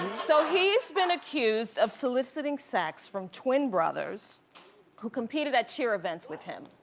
so he's been accused of soliciting sex from twin brothers who competed at cheer events with him.